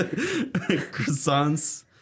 croissants